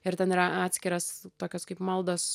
ir ten yra atskiras tokios kaip maldos